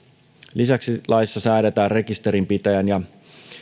lisäksi laissa säädetään rekisterinpitäjän ja